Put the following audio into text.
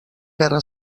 guerra